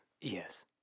Yes